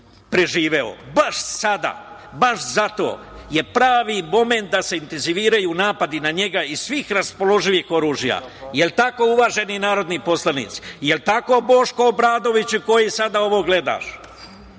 baš sada, baš zato, je pravi momenat da se intenziviraju napadi na njega iz svih raspoloživih oružja, jel tako uvaženi narodni poslanici? Jel tako Boško Obradoviću, koji sada ovo gledaš?